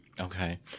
Okay